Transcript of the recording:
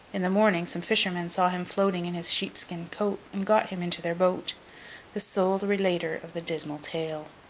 in the morning, some fishermen saw him floating in his sheep-skin coat, and got him into their boat the sole relater of the dismal tale.